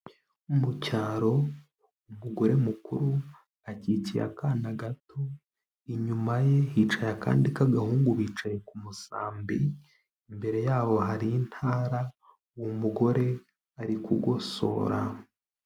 Mu cyaro, umugore mukuru akikiye akana gato, inyuma ye hicaye akandi k'agahungu bicaye ku musambi, imbere yabo hari intara, uwo mugore ari kugosora.